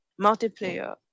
multiplayer